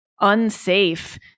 unsafe